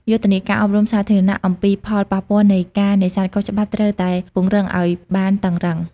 យុទ្ធនាការ អប់រំសាធារណៈ អំពីផលប៉ះពាល់នៃការនេសាទខុសច្បាប់ត្រូវតែពង្រឹងឱ្យបានតឹងរុឹង។